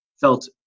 felt